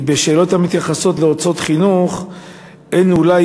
כי בשאלות המתייחסות להוצאות על חינוך אין אולי